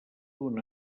duen